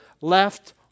left